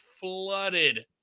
flooded